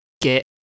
get